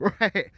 Right